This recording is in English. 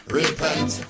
repent